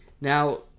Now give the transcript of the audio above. now